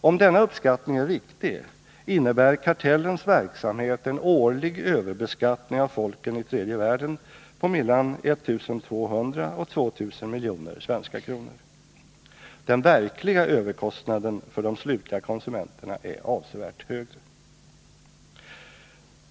Om denna uppskattning är riktig innebär kartellens verksamhet en årlig överbeskattning av folken i tredje världen på mellan 1 200 och 2 000 miljoner svenska kronor. Den verkliga överkostnaden för de slutliga konsumenterna är avsevärt högre.